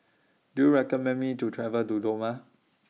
Do YOU recommend Me to travel to Dodoma